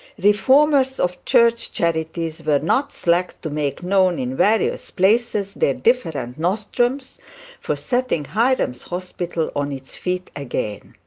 reformers of church charities were not slack to make known in various places their different nostrums for setting hiram's hospital on its feet again.